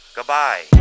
Goodbye